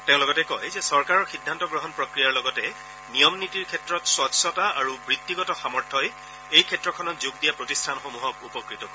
তেওঁ লগতে কয় যে চৰকাৰৰ সিদ্ধান্ত গ্ৰহণ প্ৰক্ৰিয়াৰ লগতে নিয়ম নীতিৰ ক্ষেত্ৰত স্বছতা আৰু বৃত্তিগত সামৰ্থ্যই এই ক্ষেত্ৰখনত যোগ দিয়া প্ৰতিষ্ঠানসমূহক উপকৃত কৰিব